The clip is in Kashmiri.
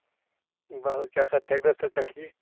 بس حظ کیٛاہ سا طبیعت اوسا ٹھیٖک